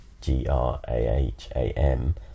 G-R-A-H-A-M